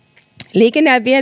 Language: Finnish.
liikenne ja